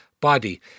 body